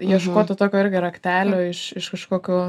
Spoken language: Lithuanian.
ieškoti tokio irgi raktelio iš iš kažkokio